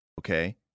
okay